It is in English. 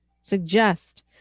suggest